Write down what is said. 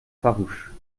farouches